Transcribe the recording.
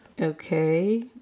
Okay